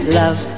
love